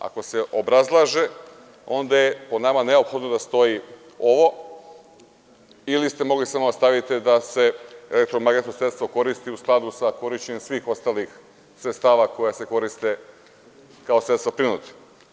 Ako se obrazlaže, onda je po nama neophodno da stoji ovo, ili ste mogli samo da stavite da se elektromagnetna sredstva koristi u skladu sa korišćenjem svih ostalih sredstava koja se koriste kao sredstva prinude.